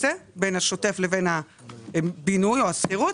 זה בין השוטף לבין הבינוי או השכירות,